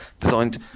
designed